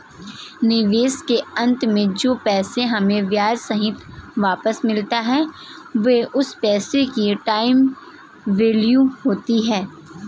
निवेश के अंत में जो पैसा हमें ब्याह सहित वापस मिलता है वो उस पैसे की टाइम वैल्यू होती है